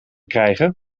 krijgen